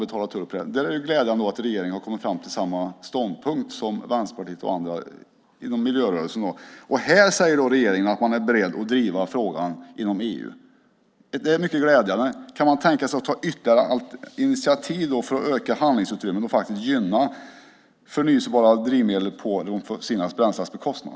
Där är det glädjande att regeringen har kommit fram till samma ståndpunkt som Vänsterpartiet och andra inom miljörörelsen. Här säger regeringen att man är beredd att driva frågan inom EU. Det är mycket glädjande. Kan man då tänka sig att ta ytterligare initiativ för att öka handlingsutrymmet och faktiskt gynna förnybara drivmedel på de fossila bränslenas bekostnad?